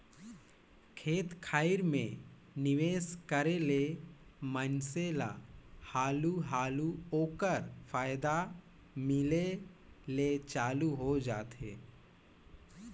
खेत खाएर में निवेस करे ले मइनसे ल हालु हालु ओकर फयदा मिले ले चालू होए जाथे